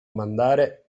mandare